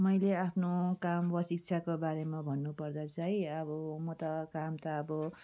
मैले आफ्नो काम वा शिक्षाको बारेमा भन्नु पर्दा चाहिँ अब म त काम त अब